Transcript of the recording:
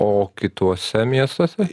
o kituose miestuose